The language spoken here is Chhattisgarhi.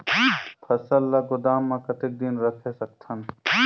फसल ला गोदाम मां कतेक दिन रखे सकथन?